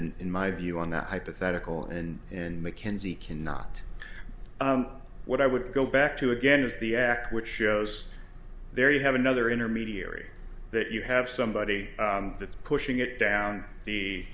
and in my view on that hypothetical and in mckenzie cannot what i would go back to again is the act which shows there you have another intermediary that you have somebody that's pushing it down the